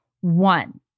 One